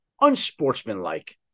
unsportsmanlike